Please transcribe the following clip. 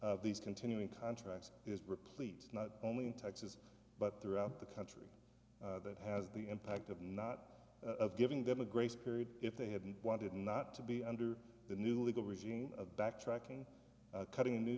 of these continuing contracts is replete not only in texas but throughout the country that has the impact of not giving them a grace period if they hadn't wanted not to be under the new legal regime of backtracking and cutting a new